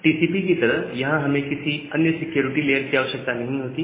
TCP की तरह यहां हमें किसी अन्य सिक्योरिटी लेयर की आवश्यकता नहीं होती